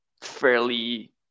fairly